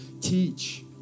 Teach